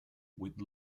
with